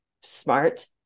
smart